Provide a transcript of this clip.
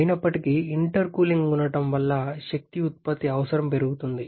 అయినప్పటికీ ఇంటర్కూలింగ్ ఉండటం వల్ల శక్తి ఉత్పత్తి అవసరం పెరుగుతుంది